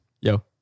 Yo